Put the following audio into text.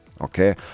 Okay